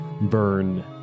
burn